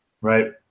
right